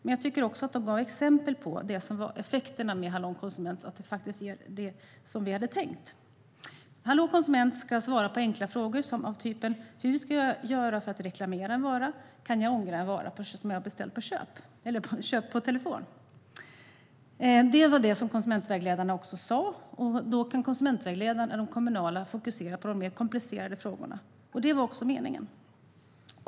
Men de gav också exempel på att Hallå konsument har blivit som vi tänkt. Hallå konsument ska svara på enkla frågor av typen: Hur gör jag för att reklamera en vara? Kan jag ångra ett köp jag gjort på telefon? Detta sa också konsumentvägledarna. På detta sätt kan de kommunala konsumentvägledarna fokusera på de mer komplicerade frågorna, vilket är meningen.